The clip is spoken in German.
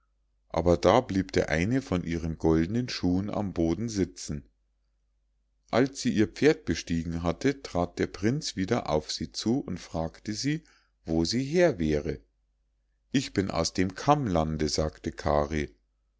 aber da blieb der eine von ihren goldnen schuhen am boden sitzen als sie ihr pferd bestiegen hatte trat der prinz wieder auf sie zu und fragte sie wo sie her wäre ich bin aus dem kammlande sagte kari